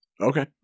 Okay